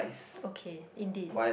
okay indeed